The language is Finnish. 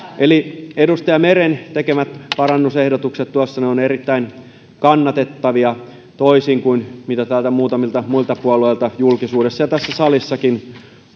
eli edustaja meren tekemät parannusehdotukset tuossa ovat erittäin kannatettavia toisin kuin se mitä täältä on muutamilta muilta puolueilta julkisuudessa ja tässä salissakin